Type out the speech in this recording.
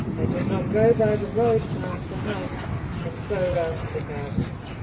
i did not go by the road past the house and so round to the gardens,